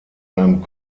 einem